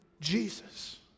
Jesus